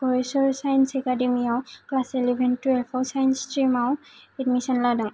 Goreswar science एकाडेमियाव class eleven टुवेल्भाव science स्ट्रिमाव एडमिशन लादों